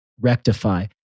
rectify